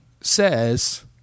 says